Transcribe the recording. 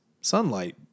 sunlight